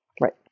right